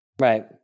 Right